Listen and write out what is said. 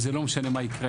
וזה לא משנה מה יקרה.